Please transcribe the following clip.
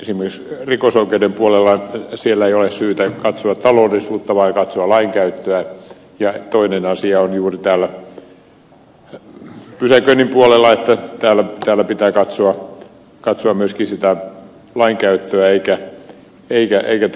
esimerkiksi rikosoikeuden puolella ei ole syytä katsoa taloudellisuutta vaan katsoa lainkäyttöä ja toinen asia on juuri täällä pysäköinnin puolella että täällä pitää katsoa myöskin sitä lainkäyttöä eikä taloudellista näkökulmaa